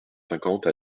cinquante